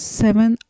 seven